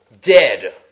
dead